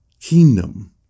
kingdom